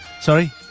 Sorry